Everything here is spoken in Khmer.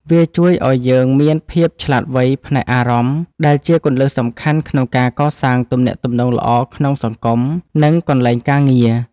វាជួយឱ្យយើងមានភាពឆ្លាតវៃផ្នែកអារម្មណ៍ ដែលជាគន្លឹះសំខាន់ក្នុងការកសាងទំនាក់ទំនងល្អក្នុងសង្គម និងកន្លែងការងារ។